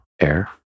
Air